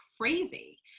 crazy